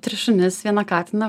tris šunis vieną katiną